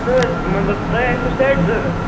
سُہ حظ مطلب تۄہہِ آسٮ۪و سٮ۪ٹ ضروٗرت